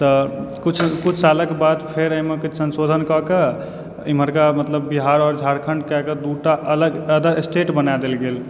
तऽ किछु किछु सालक बाद फेर एहिमे किछु संशोधन कए कऽ इमहरका मतलब की बिहार आओर झारखण्ड कए कऽ दूटा अलग स्टेट बना देल गेल